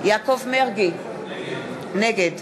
יעקב מרגי, נגד